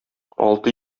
алты